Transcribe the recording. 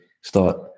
start